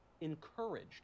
encouraged